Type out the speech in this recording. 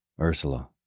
Ursula